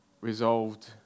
resolved